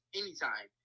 anytime